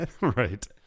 Right